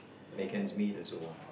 make ends meet and so on